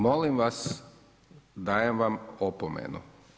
Molim vas, dajem vam opomenu.